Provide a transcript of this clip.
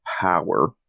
power